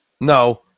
no